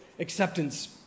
acceptance